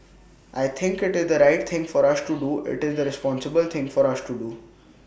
I think IT is the right thing for us to do IT is the responsible thing for us to do